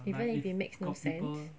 even if it makes no sense